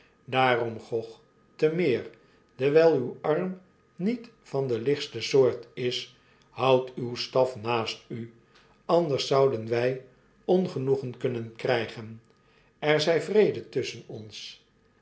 daarom gog temeer dewijl uw arm niet van de lichtste soort is houd uwen staf naast u anders zouden wij ongenoegen kunnen krijgen er zg vrede tusschen ons